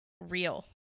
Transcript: real